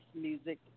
music